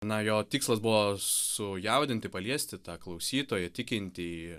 na jo tikslas buvo sujaudinti paliesti tą klausytoją tikintįjį